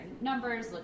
numbers